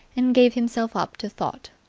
and gave himself up to thought.